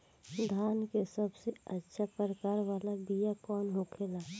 धान के सबसे अच्छा प्रकार वाला बीया कौन होखेला?